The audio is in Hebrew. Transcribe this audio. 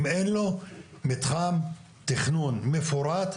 אם אין לו מתחם תכנון מפורט,